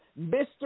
Mr